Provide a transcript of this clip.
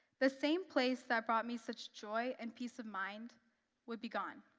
the same place that brought me such joy and peace of mind would be gone.